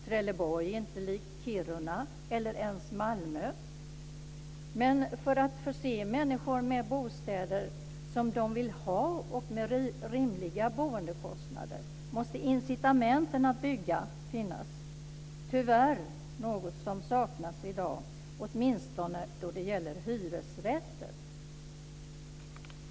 Trelleborg är inte likt Kiruna eller ens Malmö. Men för att vi ska kunna förse människor med bostäder som de vill ha och med rimliga boendekostnader måste incitamenten att bygga finnas. Det är tyvärr något som saknas i dag, åtminstone när det gäller hyresrätter.